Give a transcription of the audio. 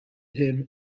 him